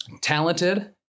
talented